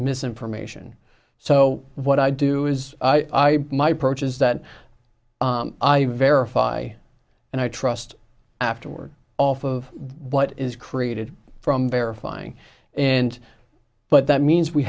misinformation so what i do is i might approach is that i verify and i trust afterward off of what is created from verifying and but that means we